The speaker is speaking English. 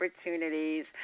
opportunities